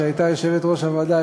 שהייתה יושבת-ראש הוועדה,